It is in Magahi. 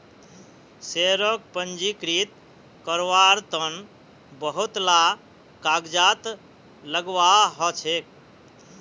शेयरक पंजीकृत कारवार तन बहुत ला कागजात लगव्वा ह छेक